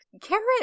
carrot